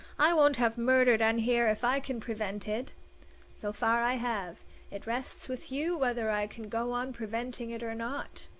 i won't have murder done here if i can prevent it so far i have it rests with you whether i can go on preventing it or not.